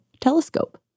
telescope